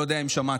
לא יודע את שמעתם.